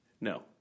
No